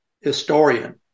historian